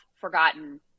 forgotten